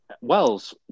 Wells